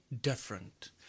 different